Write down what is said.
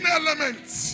elements